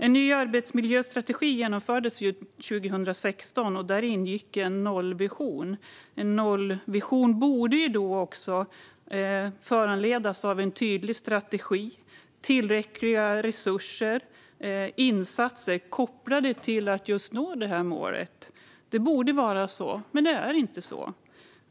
En ny arbetsmiljöstrategi genomfördes 2016, och där ingick en nollvision. En nollvision borde också föranleda en tydlig strategi och tillräckliga resurser och insatser kopplade till att just nå målet. Det borde vara så, men det är inte så.